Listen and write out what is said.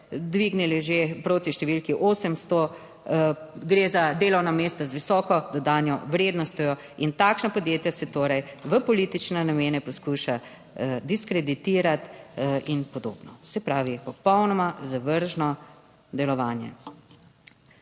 dvignili že proti številki 800, Gre za delovna mesta z visoko dodano vrednostjo. In takšna podjetja se torej v politične namene poskuša diskreditirati in podobno. Se pravi, popolnoma zavržno delovanje.